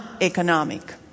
economic